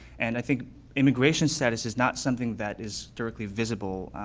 and i think immigration status is not something that is directly visible,